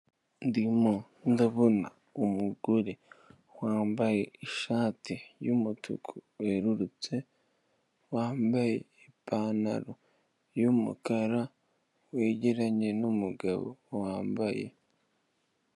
Ndimo ndabona umugore wambaye ishati y'umutuku werurutse, wambaye ipantaro y'umukara, wegeranye n'umugabo wambaye.